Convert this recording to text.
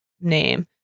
name